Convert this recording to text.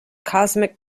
cosmic